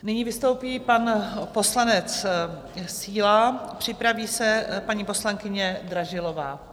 Nyní vystoupí pan poslanec Síla, připraví se paní poslankyně Dražilová.